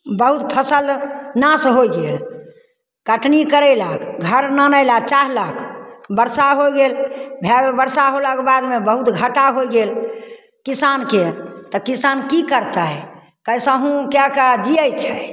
बहुत फसिल नाश होइ गेल कटनी करेलक घर आनै ले चाहलक वर्षा होइ गेल फेर वर्षा होलाके बादमे बहुत घाटा होइ गेल किसानके तऽ किसान कि करतै कएसहुँ कै के जिए छै